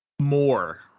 more